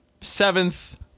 seventh